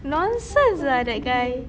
nonsense lah that guy